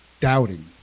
doubting